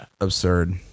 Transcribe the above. Absurd